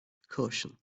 caution